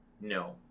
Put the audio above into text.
No